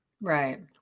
right